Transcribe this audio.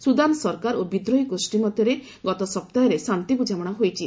Sudan ସରକାର ଓ ବିଦ୍ରୋହୀ ଗୋଷ୍ଠୀ ମଧ୍ୟରେ ଗତ ସପ୍ତାହରେ ଶାନ୍ତି ବୁଝାମଣା ହୋଇଛି